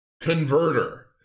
converter